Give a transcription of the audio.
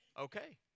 okay